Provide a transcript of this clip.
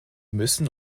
müssen